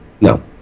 No